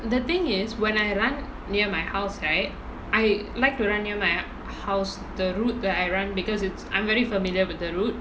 the thing is when I run near my house right I like to run near my house the route where I run because it's I'm very familiar with the route